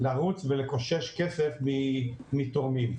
לרוץ ולקושש כסף מתורמים.